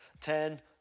ten